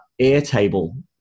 Airtable